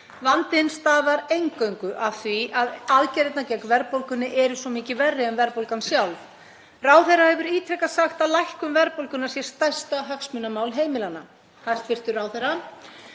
Vandinn stafar eingöngu af því að aðgerðirnar gegn verðbólgunni eru svo miklu verri en verðbólgan sjálf. Ráðherra hefur ítrekað sagt að lækkun verðbólgunnar sé stærsta hagsmunamál heimilanna. Hæstv. ráðherra.